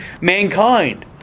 mankind